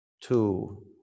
two